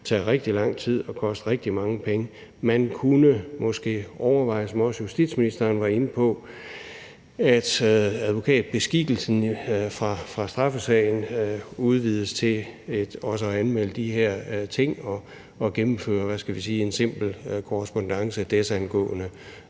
tage rigtig lang tid og koste rigtig mange penge. Man kunne måske overveje, som også justitsministeren var inde på, at advokatbeskikkelsen fra straffesagen udvides til også at anmelde de her ting og gennemføre en – hvad skal vi sige – simpel korrespondance desangående.